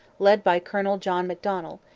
led by colonel john macdonell,